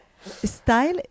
Style